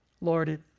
Lord